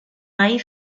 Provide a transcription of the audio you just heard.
mai